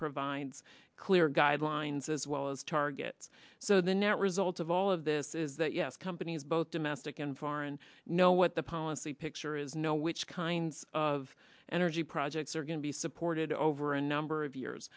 provides clear guidelines as well as targets so the net result of all of this is that yes companies both domestic and foreign know what the policy picture is no which kinds of energy projects are going to be supported over a number of years